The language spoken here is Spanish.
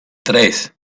tres